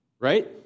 right